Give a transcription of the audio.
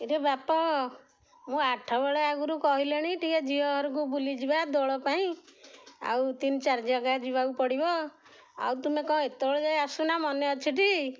ଇରେ ବାପ ମୁଁ ଆଠ ବଳେ ଆଗରୁ କହିଲେଣି ଟିକେ ଝିଅ ଘରକୁ ବୁଲିଯିବା ଦୋଳ ପାଇଁ ଆଉ ତିନି ଚାରି ଜାଗା ଯିବାକୁ ପଡ଼ିବ ଆଉ ତୁମେ କ'ଣ ଏତେବେଳେ ଯାଏ ଆସୁନା ମନେ ଅଛି ଟି